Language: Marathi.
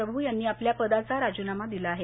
प्रभ् यांनी आपल्या पदाचा राजीनामा दिला आहे